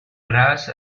brass